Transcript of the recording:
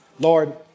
Lord